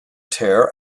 ter